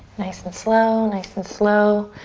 nice and slow. nice and slow.